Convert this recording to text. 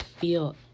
feel